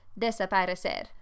desaparecer